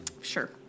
Sure